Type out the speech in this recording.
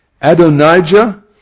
Adonijah